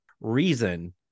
reason